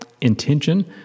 intention